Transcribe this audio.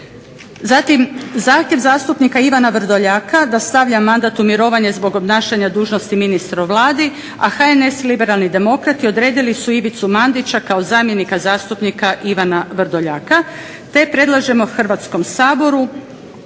Zatim zahtjev zastupnika Ivana Vrdoljaka da stavlja svoj mandat u mirovanje zbog obnašanja dužnosti ministra u Vladi Republike Hrvatske a HNS Liberalni demokrati odredili su Ivicu Mandića kao zamjenika zastupnika Ivana Vrdoljaka, te predlažemo Hrvatskom saboru